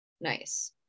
nice